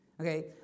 Okay